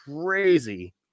crazy